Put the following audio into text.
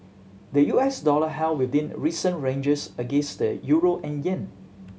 the U S dollar held within recent ranges against the euro and yen